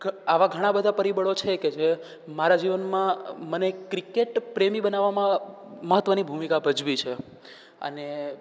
આવા ઘણાં બધાં પરિબળો છે કે જે મારા જીવનમાં મને ક્રિકેટ પ્રેમી બનાવવામાં મહત્વની ભૂમિકા ભજવી છે અને